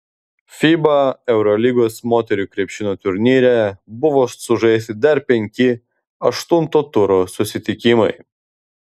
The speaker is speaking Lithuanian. fiba eurolygos moterų krepšinio turnyre buvo sužaisti dar penki aštunto turo susitikimai